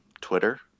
Twitter